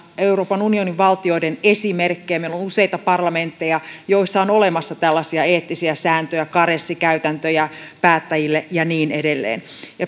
euroopan unionin valtioiden esimerkkejä meillä on useita parlamentteja joissa on olemassa tällaisia eettisiä sääntöjä karenssikäytäntöjä päättäjille ja niin edelleen